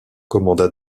commanda